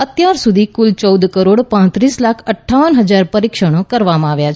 અત્યાર સુધી કુલ ચૌદ કરોડ પાત્રીસ લાખ અઠ્ઠાવન હજાર પરીક્ષણ કરવામાં આવ્યાં